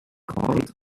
called